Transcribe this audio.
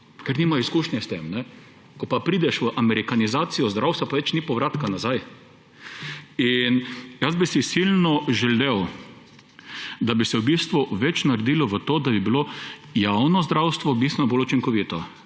ker nimajo izkušnje s tem. Ko pa prideš v amerikanizacijo zdravstva, pa več ni povratka nazaj. Jaz bi si silno želel, da bi se v bistvu več naredilo v to, da bi bilo javno zdravstvo bistveno bolj učinkovito.